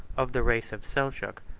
of the race of seljuk,